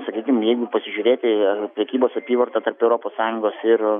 sakykim jeigu pasižiūrėti ar prekybos apyvarta tarp europos sąjungos ir